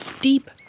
deep